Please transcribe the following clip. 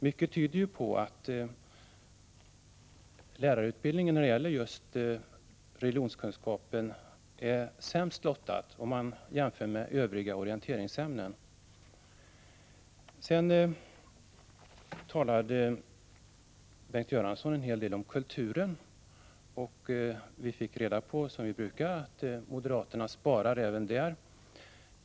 Mycket tyder på att lärarutbildningen när det gäller just religionskunskap är sämst lottad om man jämför med övriga orienteringsämnen. Sedan talade Bengt Göransson en hel del om kulturen. Vi fick reda på — som vi brukar få — att moderaterna sparar även i fråga om denna.